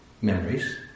memories